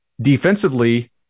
Defensively